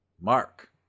Mark